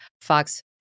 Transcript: Fox